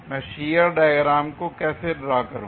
मैं shear diagram को कैसे ड्रा करूं